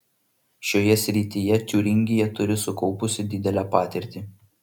šioje srityje tiūringija turi sukaupusi didelę patirtį